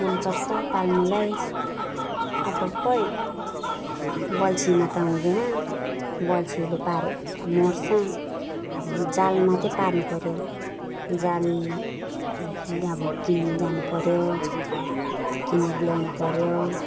मन पर्छ पाल्नुलाई अब खै बल्छीमा त आउँदैन बल्छीले पारेको मर्छ अब जालमा चाहिँ पार्नुपऱ्यो जाल त्यो नि अब किन्नु जानुपऱ्यो किनेर ल्याउनुपऱ्यो